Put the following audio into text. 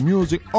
Music